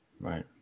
Right